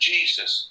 Jesus